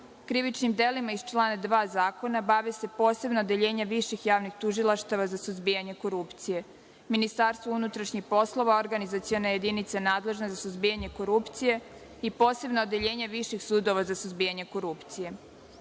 Krivičnim delima iz člana 2. zakona bave se posebna odeljenja viših javnih tužilaštava za suzbijanje korupcije, MUP, Organizaciona jedinica nadležna za suzbijanje korupcije i Posebno odeljenje viših sudova za suzbijanje korupcije. Prema